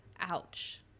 Ouch